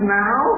now